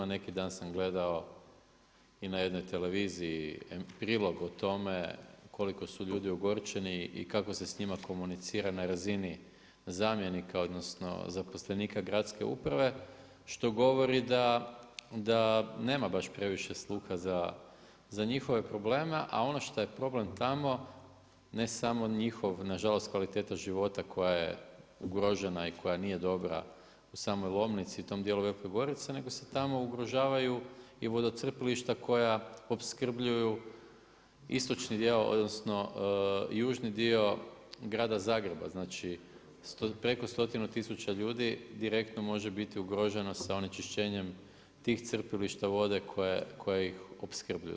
Neki dan sam gledao i na jednoj televiziji prilog o tome koliko su ljudi ogorčeni i kako se s njima komunicira na razini zamjenika odnosno zaposlenika gradske uprave što govori da nema baš previše sluha njihove probleme a ono što ej problem tamo, ne samo njihov, nažalost kvaliteta života koja je ugrožena i koja nije dobra u samoj Lomnici i u tom dijelu velike Gorice nego se tamo ugrožavaju i vodocrpilišta koja opskrbljuju istočni dio odnosno južni dio grada Zagreba, znači preko 100 tisuća ljudi direktno može biti ugroženo sa onečišćenjem tih crpilišta vode koje ih opskrbljuju.